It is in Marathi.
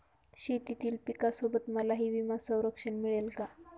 शेतीतील पिकासोबत मलाही विमा संरक्षण मिळेल का?